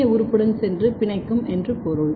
ஏ உறுப்புடன் சென்று பிணைக்கும் என்று பொருள்